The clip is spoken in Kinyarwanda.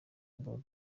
bull